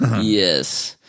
yes